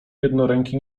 jednoręki